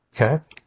Okay